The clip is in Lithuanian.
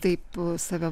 taip save